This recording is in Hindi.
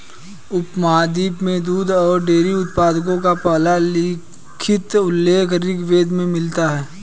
उपमहाद्वीप में दूध और डेयरी उत्पादों का पहला लिखित उल्लेख ऋग्वेद में मिलता है